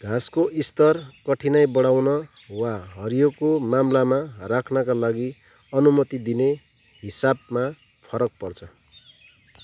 घाँसको स्तर कठिनाइ बढाउन वा हरियोको मामलामा राख्नाका लागि अनुमति दिने हिसाबमा फरक पर्छ